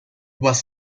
was